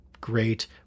Great